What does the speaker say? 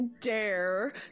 dare